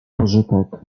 pożytek